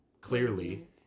clearly